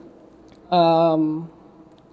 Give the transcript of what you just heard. um